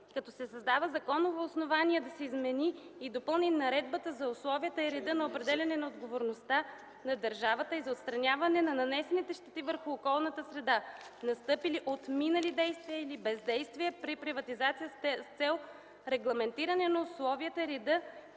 като се създава законово основание да се измени и допълни Наредбата за условията и реда за определяне на отговорността на държавата и за отстраняване на нанесените щети върху околната среда, настъпили от минали действия или бездействия, при приватизация с цел регламентиране на условията и реда